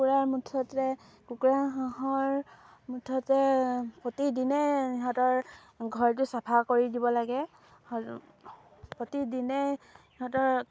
কুকুৰাৰ মুঠতে কুকুৰা হাঁহৰ মুঠতে প্ৰতিদিনে সিহঁতৰ ঘৰটো চাফা কৰি দিব লাগে প্ৰতিদিনে সিহঁতৰ